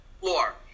floor